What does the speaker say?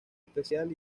especial